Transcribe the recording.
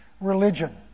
religion